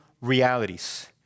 realities